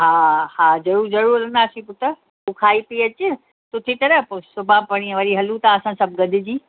हा हा हा ज़रूरु ज़रूरु हलंदासीं पुटु तू खाई पी अचु सुठी तरह पोइ सुभाणे परीहं वरी हलूं था असां सभु गॾिजी